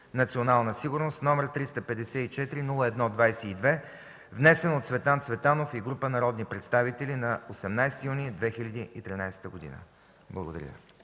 „Национална сигурност”, № 354 01 22, внесен от Цветан Цветанов и група народни представители на 18 юни 2013 г.” Благодаря